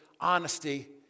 honesty